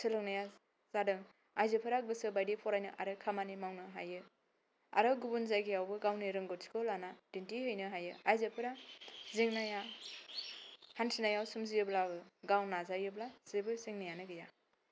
सोलोंनाया जादों आइजोफोरा गोसोबायदि फरायनो आरो खामानि मावनो हायो आरो गुबुन जायगायावबो गावनि रोंगौथिखौ लाना दिन्थिहैनो हायो आइजोफोरा जेंनाया हानथिनायाव सोमजियोब्लाबो गाव नाजायोब्ला जेबो जेंनाया गैया